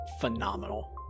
phenomenal